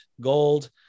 gold